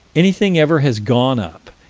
anything ever has gone up,